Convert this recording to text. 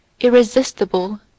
irresistible